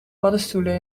paddenstoelen